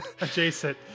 adjacent